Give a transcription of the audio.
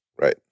Right